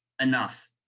enough